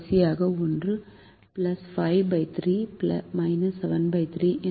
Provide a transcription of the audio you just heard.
கடைசியாக ஒன்று 53 73 என்பது 23